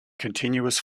continuous